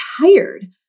tired